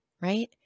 Right